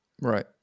right